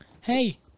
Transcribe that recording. Hey